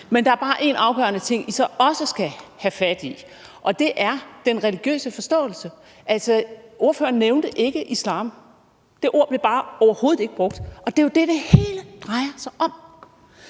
Men der er bare en afgørende ting, I så også skal have fat i, og det er den religiøse forståelse – altså, ordføreren nævnte ikke islam, det ord blev bare overhovedet ikke brugt – og det er jo det, det hele drejer sig om.